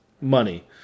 money